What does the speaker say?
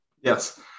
Yes